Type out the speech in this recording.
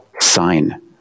sign